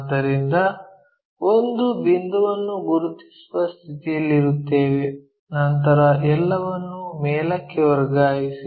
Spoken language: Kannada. ಆದ್ದರಿಂದ ಒಂದು ಬಿಂದುವನ್ನು ಗುರುತಿಸುವ ಸ್ಥಿತಿಯಲ್ಲಿರುತ್ತೇವೆ ನಂತರ ಎಲ್ಲವನ್ನೂ ಮೇಲಕ್ಕೆ ವರ್ಗಾಯಿಸಿ